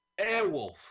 Airwolf